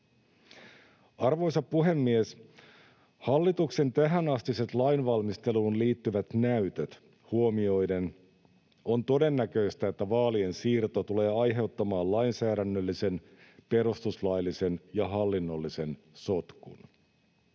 Arvoisa puhemies! Hallituksen tähänastiset lainvalmisteluun liittyvät näytöt huomioiden on todennäköistä, että vaalien siirto tulee aiheuttamaan lainsäädännöllisen, perustuslaillisen ja hallinnollisen sotkun.